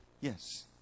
Yes